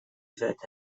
взять